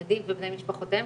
שמתמודדים ובני משפחותיהם,